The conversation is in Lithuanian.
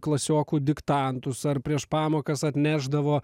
klasiokų diktantus ar prieš pamokas atnešdavo